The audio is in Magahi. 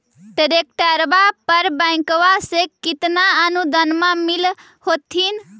ट्रैक्टरबा पर बैंकबा से कितना अनुदन्मा मिल होत्थिन?